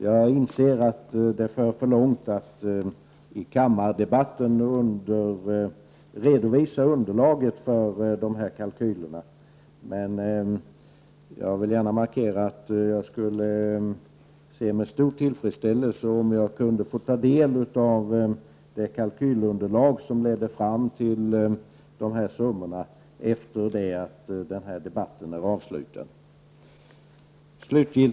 Jag inser att det skulle föra för långt att i kammaredebatten redovisa underlaget för dessa kalkyler, men jag vill gärna markera att jag skulle se med stor tillfredsställelse på om jag efter det att debatten är avslutad kunde få ta del av det kalkylunderlag som ledde fram till dessa summor.